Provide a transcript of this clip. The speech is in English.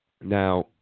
Now